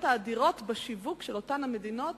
האדירות בשיווק של אותן המדינות,